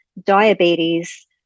diabetes